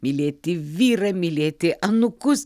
mylėti vyrą mylėti anūkus